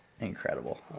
Incredible